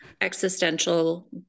existential